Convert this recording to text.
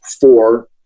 four